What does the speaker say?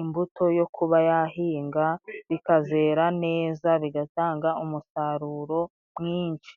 imbuto yo kuba yahinga, bikazera neza bigatanga umusaruro mwinshi.